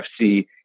FC